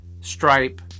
stripe